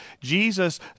Jesus